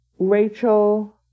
Rachel